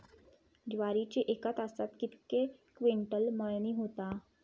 ज्वारीची एका तासात कितके क्विंटल मळणी होता?